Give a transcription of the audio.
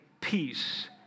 peace